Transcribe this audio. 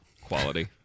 quality